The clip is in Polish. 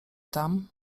tam